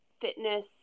fitness